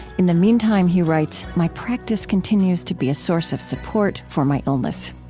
in the meantime he writes, my practice continues to be a source of support for my illness.